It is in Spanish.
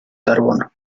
carbono